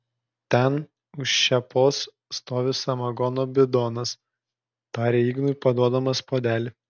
ten už šėpos stovi samagono bidonas tarė ignui paduodamas puodelį